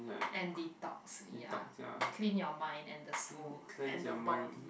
and detox ya clean your mind and the soul and the body